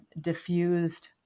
diffused